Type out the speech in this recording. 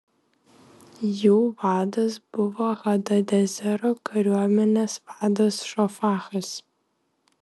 jų vadas buvo hadadezero kariuomenės vadas šofachas